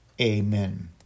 Amen